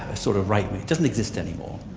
ah sort of right-wing doesn't exist any more.